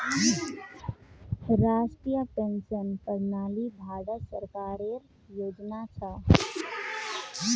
राष्ट्रीय पेंशन प्रणाली भारत सरकारेर योजना छ